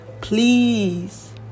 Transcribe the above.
please